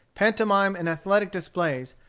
pantomime and athletic displays,